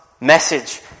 message